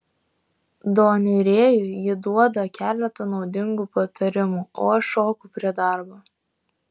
doniui rėjui ji duoda keletą naudingų patarimų o aš šoku prie darbo